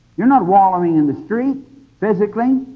you are not wallowing in the street physically,